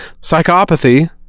psychopathy